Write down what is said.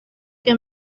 que